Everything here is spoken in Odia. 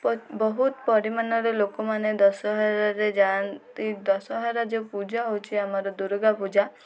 ବହୁତ ପରିମାଣରେ ଲୋକମାନେ ଦଶହରାରେ ଯାଆନ୍ତି ଦଶହରା ଯେଉଁ ପୂଜା ହେଉଛି ଆମର ଦୁର୍ଗା ପୂଜା